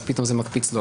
אז פתאום זה מקפיץ לו.